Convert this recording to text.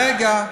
רגע, רגע.